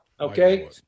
okay